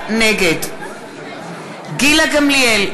נגד גילה גמליאל,